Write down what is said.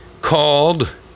called